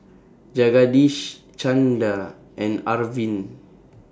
Jagadish Chanda and Arvind